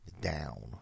down